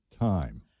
time